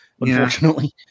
unfortunately